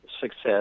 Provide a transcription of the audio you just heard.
success